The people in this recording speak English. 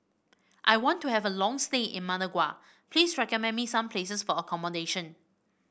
I want to have a long stay in Managua please recommend me some places for accommodation